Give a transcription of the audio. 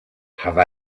have